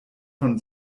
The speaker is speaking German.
von